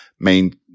main